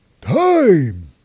time